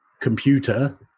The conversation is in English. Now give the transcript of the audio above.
computer